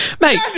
Mate